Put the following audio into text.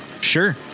Sure